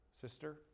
sister